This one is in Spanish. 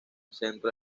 centro